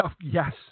Yes